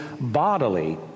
bodily